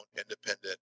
independent